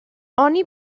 oni